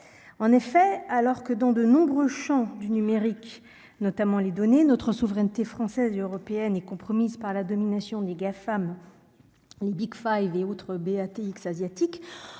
en effet alors que dans de nombreux champs du numérique, notamment les donner notre souveraineté française et européenne est compromise par la domination des Gafam, les Big Five et autres BATX asiatique